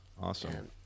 awesome